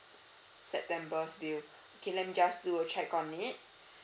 september's bills okay let me just do a check on it